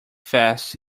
fast